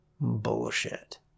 bullshit